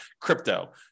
crypto